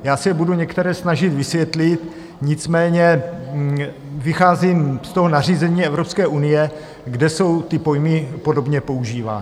Já se budu některé snažit vysvětlit, nicméně vycházím z toho nařízení Evropské unie, kde jsou ty pojmy podobně používány.